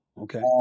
okay